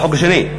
בחוק השני.